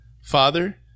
Father